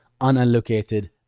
unallocated